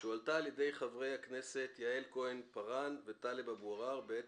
שהועלתה על ידי חברי הכנסת יעל כהן-פארן וטלב אבו ארער בעת